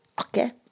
okay